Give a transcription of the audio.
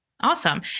Awesome